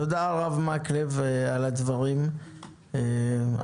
תודה הרב מקלב על הדברים המרגשים.